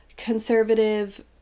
conservative